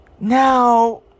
Now